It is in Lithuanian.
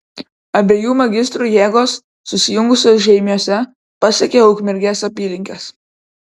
abiejų magistrų jėgos susijungusios žeimiuose pasiekė ukmergės apylinkes